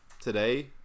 today